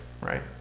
right